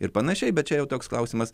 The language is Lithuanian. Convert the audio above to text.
ir panašiai bet čia jau toks klausimas